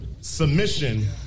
submission